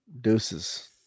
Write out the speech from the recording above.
Deuces